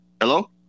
Hello